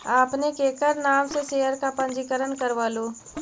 आपने केकर नाम से शेयर का पंजीकरण करवलू